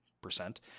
percent